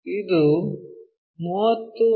ಇದು 30 ಮಿ